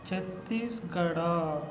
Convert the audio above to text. Chhattisgarh